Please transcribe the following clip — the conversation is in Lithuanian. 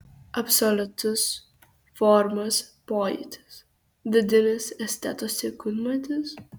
absoliutus formos pojūtis vidinis esteto sekundmatis